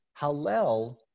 Halal